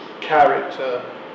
character